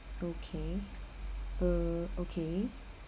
okay uh okay